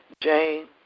Jane